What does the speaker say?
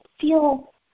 feel